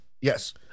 Yes